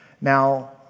Now